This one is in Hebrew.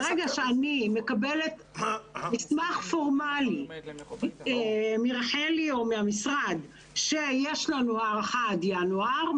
ברגע שאני מקבלת מסמך פורמלי מרחלי או מהמשרד שיש לנו הארכה עד ינואר,